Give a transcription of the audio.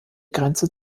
grenze